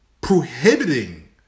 prohibiting